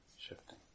shifting